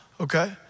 okay